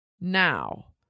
Now